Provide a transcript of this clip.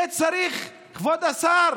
זה צריך, כבוד השר,